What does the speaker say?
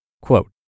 Quote